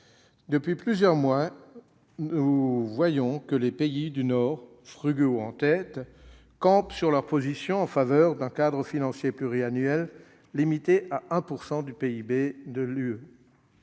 Depuis plusieurs mois, nous voyons que les pays du Nord, pays « frugaux » en tête, campent sur leur position, en défendant un cadre financier pluriannuel limité à 1 % du PIB de l'Union